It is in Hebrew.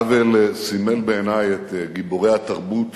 האוול סימל בעיני את גיבורי התרבות